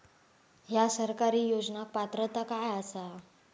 हया सरकारी योजनाक पात्रता काय आसा?